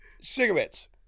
cigarettes